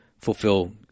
fulfill